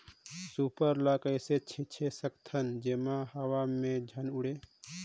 Super ल कइसे छीचे सकथन जेमा हवा मे झन उड़े?